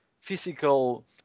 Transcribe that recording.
physical